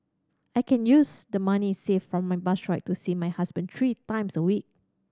I can use the money saved for my bus ride to see my husband three times a week